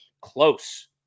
close